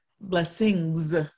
blessings